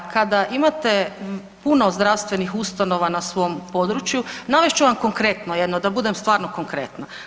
Kada imate puno zdravstvenih ustanova na svom području, navest ću vam konkretno jedno, da budem stvarno konkretna.